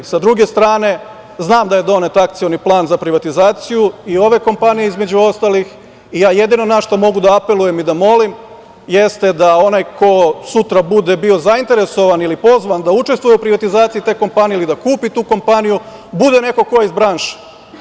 S druge strane, znam da je donet Akcioni plan za privatizaciju i ove kompanije, između ostalih, i ja jedino na šta mogu da apelujem i da molim jeste da onaj ko sutra bude bio zainteresovan ili pozvan da učestvuje u privatizaciji te kompanije ili da kupu tu kompaniju bude neko ko je iz branše.